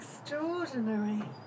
extraordinary